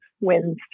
wins